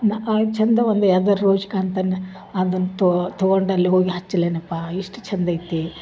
ಮ ಆ ಚಂದ ಒಂದು ಯಾವ್ದಾರು ರೋಶ್ ಕಾಂತನ ಅದನ್ನ ತಗೊ ತಗೊಂಡು ಅಲ್ಲಿ ಹೋಗಿ ಹಚ್ಲೇನಪ್ಪ ಎಷ್ಟು ಚಂದ ಐತಿ